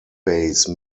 base